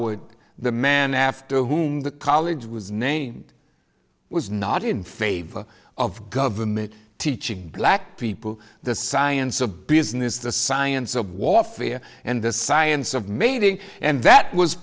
howard the man after whom the college was named was not in favor of government teaching black people the science of business the science of warfare and the science of mating and